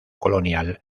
colonial